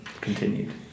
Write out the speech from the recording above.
continued